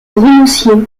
romancier